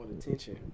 attention